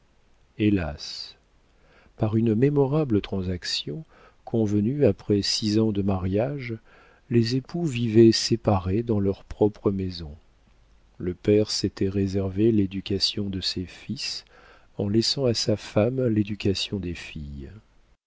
hélas par une mémorable transaction convenue après six ans de mariage les époux vivaient séparés dans leur propre maison le père s'était réservé l'éducation de ses fils en laissant à sa femme l'éducation des filles